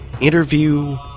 interview